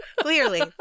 Clearly